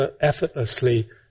effortlessly